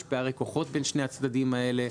יש פערי כוחות בין שני הצדדים האלה.